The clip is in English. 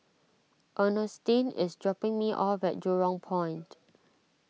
Ernestine is dropping me off at Jurong Point